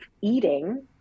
eating